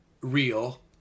real